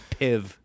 Piv